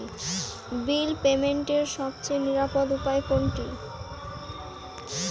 বিল পেমেন্টের সবচেয়ে নিরাপদ উপায় কোনটি?